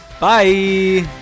bye